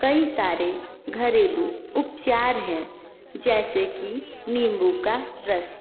कई सारे घरेलू उपचार हैं जैसे की नींबू का रस